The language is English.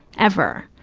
ever.